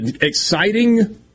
exciting –